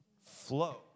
flow